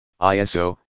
ISO